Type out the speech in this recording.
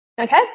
okay